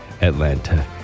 Atlanta